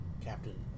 captain